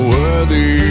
worthy